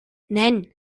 nen